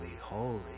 holy